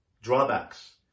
drawbacks